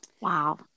Wow